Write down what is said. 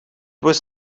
was